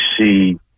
see